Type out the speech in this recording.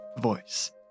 voice